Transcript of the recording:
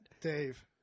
dave